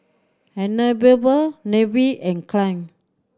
Anabel Leif and Kalyn